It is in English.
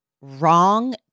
wrong